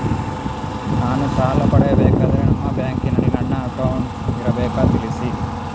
ನಾನು ಸಾಲ ಪಡೆಯಬೇಕಾದರೆ ನಿಮ್ಮ ಬ್ಯಾಂಕಿನಲ್ಲಿ ನನ್ನ ಅಕೌಂಟ್ ಇರಬೇಕಾ ತಿಳಿಸಿ?